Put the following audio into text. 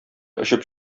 очып